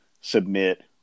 submit